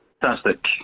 Fantastic